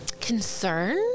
concern